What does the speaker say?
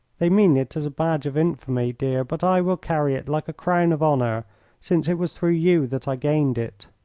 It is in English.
they mean it as a badge of infamy, dear, but i will carry it like a crown of honour since it was through you that i gained it.